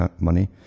money